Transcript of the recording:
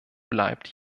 bleibt